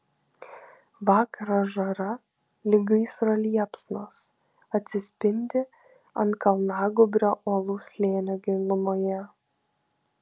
vakaro žara lyg gaisro liepsnos atsispindi ant kalnagūbrio uolų slėnio gilumoje